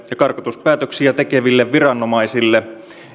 karkotuspäätöksiä tekeville viranomaisille